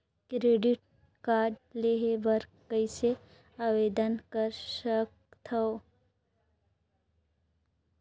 Credit card लेहे बर कइसे आवेदन कर सकथव?